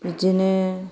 बिदिनो